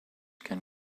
can